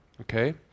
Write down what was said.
okay